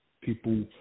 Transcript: People